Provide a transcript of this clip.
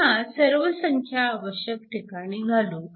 पुन्हा सर्व संख्या आवश्यक ठिकाणी घालू